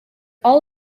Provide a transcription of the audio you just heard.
all